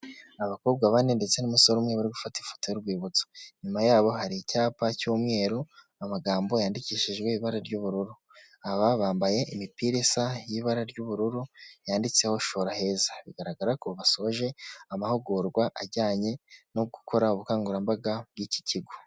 Abakobwa bane ndetse n'umusore umwe barifata ifoto y'urwibutso, inyuma yabo hari icyapa cy'umweru, amagambo yandikishijwe ibara ry'ubururu, aba bambaye imipira isa y'ibara ry'ubururu, yanditseho shora heza, bigaragara ko basoje amahugurwa ajyanye no gukora ubukangurambaga bw'iki kigo.